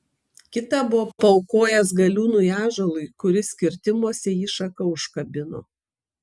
kitą buvo paaukojęs galiūnui ąžuolui kuris kirtimuose jį šaka užkabino